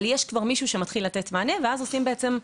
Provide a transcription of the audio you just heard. אבל יש כבר מישהו שמתחיל לתת מענה ואז עושים חבירה,